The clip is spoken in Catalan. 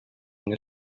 mil